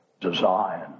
design